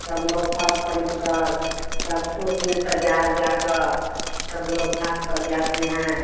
सब लोग फल खरीदकर सब सूप में सजा ओजाकर सब लोग घाट पर जाते हैं